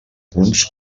punts